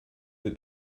that